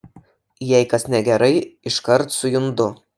jei kas negerai iškart sujundu